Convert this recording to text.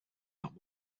that